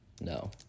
No